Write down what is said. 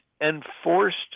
enforced